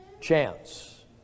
chance